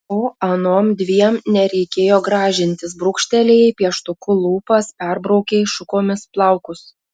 o anom dviem nereikėjo gražintis brūkštelėjai pieštuku lūpas perbraukei šukomis plaukus